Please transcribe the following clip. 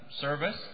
service